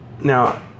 now